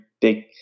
big